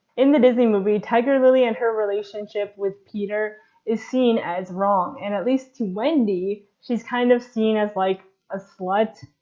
in the disney movie tiger lily and her relationship with peter is seen as wrong, and at least to wendy she's kind of seen as like a sl ah but